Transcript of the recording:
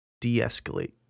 de-escalate